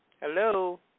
Hello